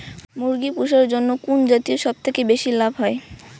মুরগি পুষার জন্য কুন জাতীয় সবথেকে বেশি লাভ হয়?